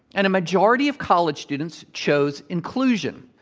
and a majority of college students chose inclusion.